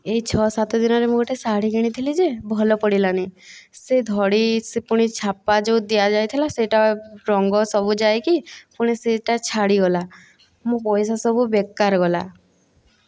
ଏହି ଛଅ ସାତ ଦିନରେ ମୁଁ ଗୋଟିଏ ଶାଢ଼ୀ କିଣିଥିଲି ଯେ ଭଲ ପଡ଼ିଲାନି ସେ ଧଡ଼ି ସେ ପୁଣି ଛାପା ଯେଉଁ ଦିଆ ଯାଇଥିଲା ସେହିଟା ରଙ୍ଗ ସବୁ ଯାଇକି ପୁଣି ସେହିଟା ଛାଡ଼ିଗଲା ମୋ ପଇସା ସବୁ ବେକାର ଗଲା